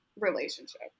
relationship